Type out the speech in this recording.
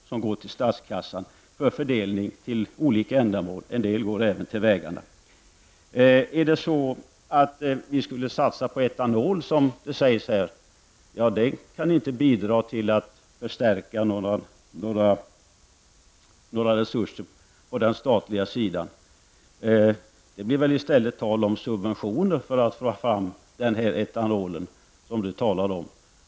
Pengarna går till statskassan för fördelning till olika ändamål. En del går även till vägarna. Skulle vi, som det sägs, satsa på etanol skulle det inte bidra till att stärka resurserna på den statliga sidan. I stället skulle det väl bli fråga om subventioner för att få fram etanolen.